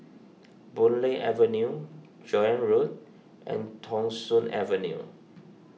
Boon Lay Avenue Joan Road and Thong Soon Avenue